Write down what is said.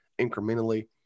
incrementally